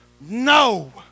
No